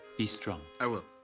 be strong. i will.